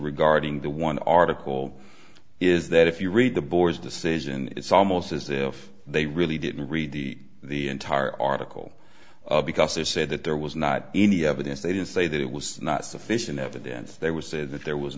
regarding the one article is that if you read the board's decision it's almost as if they really didn't read the entire article because they said that there was not any evidence they didn't say that it was not sufficient evidence they would say that there was